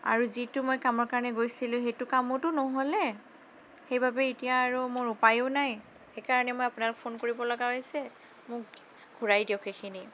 আৰু যিটো মই কামৰ কাৰণে গৈছিলোঁ সেইটো কামোটো নহ'লে সেইবাবে এতিয়া মোৰ আৰু উপায়ো নাই সেইকাৰণে মই আপোনাক ফোন কৰিবলগা হৈছে মোক ঘূৰাই দিয়ক সেইখিনি